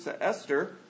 Esther